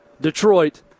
Detroit